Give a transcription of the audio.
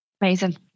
Amazing